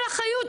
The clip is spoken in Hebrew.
מה שאני אומרת.